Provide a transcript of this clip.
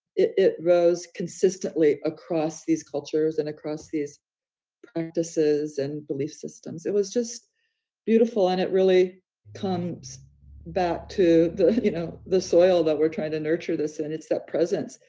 it it rose consistently across these cultures, and across these practices and belief systems, it was just beautiful. and it really comes back to the you know, the soil that we're trying to nurture this and it's that presence,